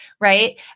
right